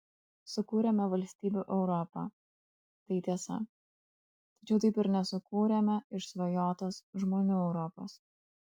sukūrėme valstybių europą tai tiesa tačiau taip ir nesukūrėme išsvajotos žmonių europos